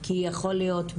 כי יכול להיות,